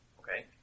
Okay